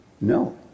No